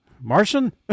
Martian